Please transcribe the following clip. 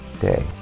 day